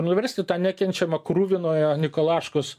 nuversti tą nekenčiamą kruvinojo nikolaškos